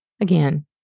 again